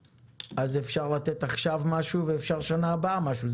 אז אפשר לתת עכשיו משהו ואפשר שנה הבאה משהו,